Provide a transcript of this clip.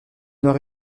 nord